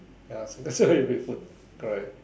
ya that's why it will be food correct